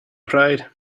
pride